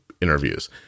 interviews